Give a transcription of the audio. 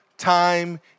time